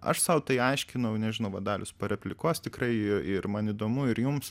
aš sau tai aiškinau nežinau va dalius pareplikuos tikrai ir ir man įdomu ir jums